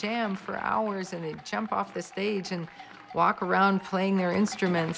jam for hours and they jump off the stage and walk around playing their instruments